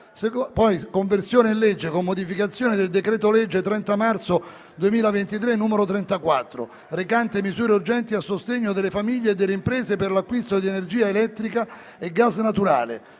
Conversione in legge, con modificazioni, del decreto-legge 30 marzo 2023, n. 34, recante misure urgenti a sostegno delle famiglie e delle imprese per l'acquisto di energia elettrica e gas naturale,